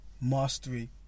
mastery